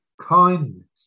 kindness